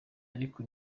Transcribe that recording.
ariko